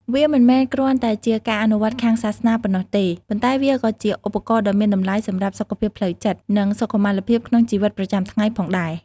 វាមិនមែនគ្រាន់តែជាការអនុវត្តន៍ខាងសាសនាប៉ុណ្ណោះទេ ប៉ុន្តែវាក៏ជាឧបករណ៍ដ៏មានតម្លៃសម្រាប់សុខភាពផ្លូវចិត្ត និងសុខុមាលភាពក្នុងជីវិតប្រចាំថ្ងៃផងដែរ។